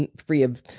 and free of.